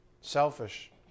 selfish